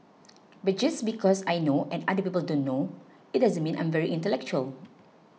but just because I know and other people don't know it doesn't mean I'm very intellectual